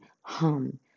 hum